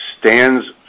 stands